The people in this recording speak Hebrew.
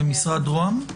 במשרד רוה"מ?